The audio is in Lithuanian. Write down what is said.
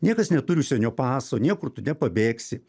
niekas neturi užsienio paso niekur tu nepabėgsi